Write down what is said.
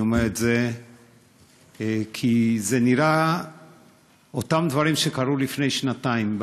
אני אומר את זה כי זה נראה אותם דברים שקרו לפני שנתיים,